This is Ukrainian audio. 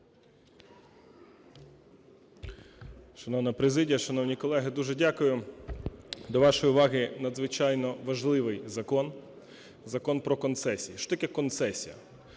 Шановна президія, шановні колеги, дуже дякую. До вашої уваги надзвичайно важливий закон – Закон про концесію. Концесія